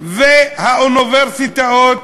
והאוניברסיטאות